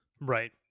Right